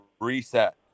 reset